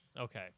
Okay